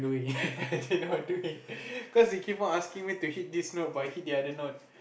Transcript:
I didn't know what I doing because they keep asking me to hit this note but I hit the other note